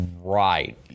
right